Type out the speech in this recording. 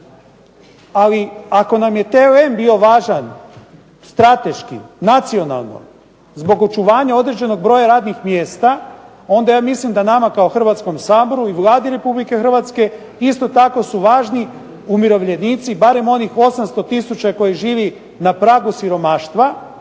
Ali ako nam je TLM bio važan strateški, nacionalno, zbog očuvanja određenog broja radnih mjesta, onda ja mislim da nama kao Hrvatskom saboru i Vladi Republike Hrvatske isto tako su važni umirovljenici, barem onih 800 tisuća koji živi na pragu siromaštva,